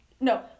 No